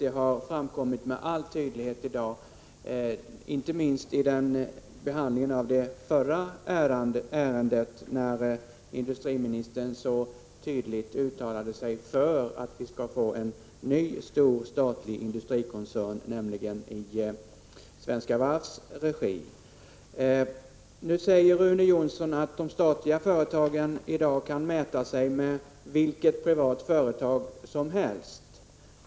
Det har framkommit med all tydlighet i dag — inte minst vid behandlingen av det förra ärendet, då industriministern så tydligt uttalade sig för att vi skall få en ny, stor statlig industrikoncern i Svenska Varvs regi. Rune Jonsson säger att de statliga företagen i dag kan mäta sig med vilket privat företag som helst.